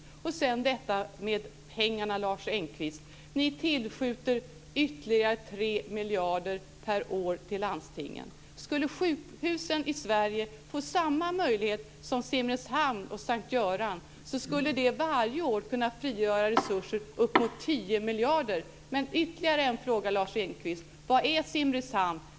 När det gäller detta med pengar, Lars Engqvist, tillskjuter ni ytterligare 3 miljarder per år till landstingen. Skulle sjukhusen i Sverige få samma möjlighet som man har fått i Simrishamn och vid S:t Göran skulle det varje år kunna frigöra resurser på uppemot Engqvist: Vad är sjukhuset i Simrishamn?